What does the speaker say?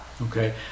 okay